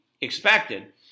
expected